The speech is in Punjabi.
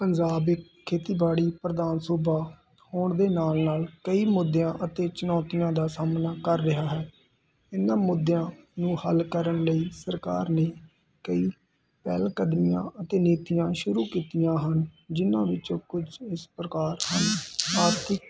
ਪੰਜਾਬ ਇੱਕ ਖੇਤੀਬਾੜੀ ਪ੍ਰਦਾਨ ਸੂਬਾ ਹੋਣ ਦੇ ਨਾਲ ਨਾਲ ਕਈ ਮੁੱਦਿਆਂ ਅਤੇ ਚੁਣੌਤੀਆਂ ਦਾ ਸਾਹਮਣਾ ਕਰ ਰਿਹਾ ਹੈ ਇਹਨਾਂ ਮੁੱਦਿਆਂ ਨੂੰ ਹੱਲ ਕਰਨ ਲਈ ਸਰਕਾਰ ਨੇ ਕਈ ਪਹਿਲਕਦਮੀਆਂ ਅਤੇ ਨੀਤੀਆਂ ਸ਼ੁਰੂ ਕੀਤੀਆਂ ਹਨ ਜਿਨ੍ਹਾਂ ਵਿੱਚੋਂ ਕੁਝ ਇਸ ਪ੍ਰਕਾਰ ਹਨ ਆਰਥਿਕ